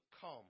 come